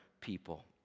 people